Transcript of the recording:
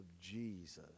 Jesus